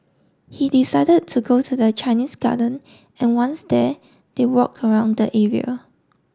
he decided to go to the Chinese Garden and once there they walk around the area